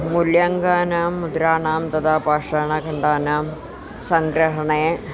मूल्याङ्कानां मुद्राणां तथा पाषाणखण्डानां सङ्ग्रहणे